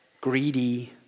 greedy